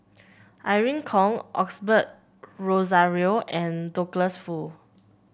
Irene Khong Osbert Rozario and Douglas Foo